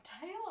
Taylor